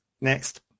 next